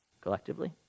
Collectively